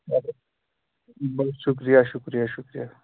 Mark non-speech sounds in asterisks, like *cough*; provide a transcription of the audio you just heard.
*unintelligible* بس شُکریہِ شُکریہ شُکریہ